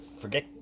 forget